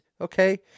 Okay